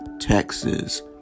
Texas